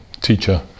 teacher